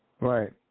Right